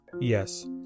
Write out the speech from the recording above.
Yes